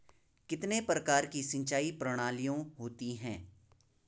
कितने प्रकार की सिंचाई प्रणालियों होती हैं?